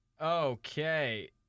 Okay